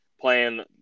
playing